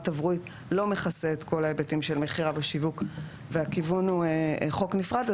תברואית לא מכסה את כל ההיבטים של מכירה ושיווק והכיוון הוא חוק נפרד,